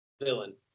villain